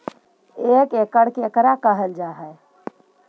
एक एकड़ केकरा कहल जा हइ?